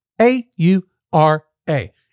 A-U-R-A